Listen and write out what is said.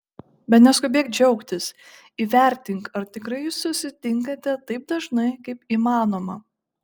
bet neskubėk džiaugtis įvertink ar tikrai jūs susitinkate taip dažnai kaip įmanoma